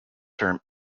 term